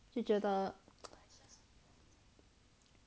就觉得